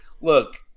look